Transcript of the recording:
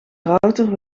router